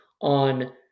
on